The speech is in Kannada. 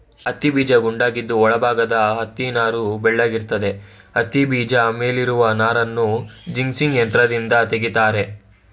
ಹತ್ತಿಬೀಜ ಗುಂಡಾಗಿದ್ದು ಒಳ ಭಾಗದ ಹತ್ತಿನಾರು ಬೆಳ್ಳಗಿರ್ತದೆ ಹತ್ತಿಬೀಜ ಮೇಲಿರುವ ನಾರನ್ನು ಜಿನ್ನಿಂಗ್ ಯಂತ್ರದಿಂದ ತೆಗಿತಾರೆ